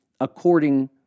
according